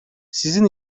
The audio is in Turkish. sizin